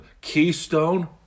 Keystone